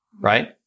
right